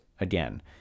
again